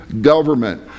government